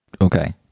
Okay